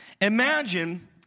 Imagine